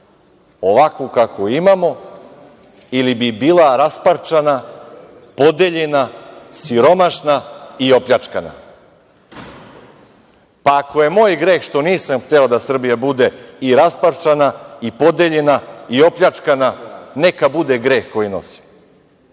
ovakvu kakvu imamo ili bi bila rasparčana, podeljena, siromašna i opljačkana? Ako je moj greh što nisam hteo da Srbija bude i rasparčana i podeljena i opljačkana, neka bude greh koji nosim,